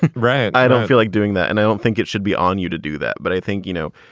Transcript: right. i don't feel like doing that. and i don't think it should be on you to do that. but i think, you know,